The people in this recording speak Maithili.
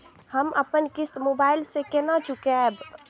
हम अपन किस्त मोबाइल से केना चूकेब?